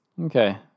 Okay